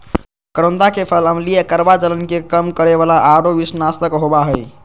करोंदा के फल अम्लीय, कड़वा, जलन के कम करे वाला आरो विषनाशक होबा हइ